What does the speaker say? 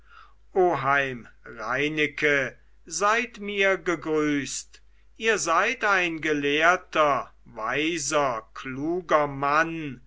oheim reineke seid mir gegrüßt ihr seid ein gelehrter weiser kluger mann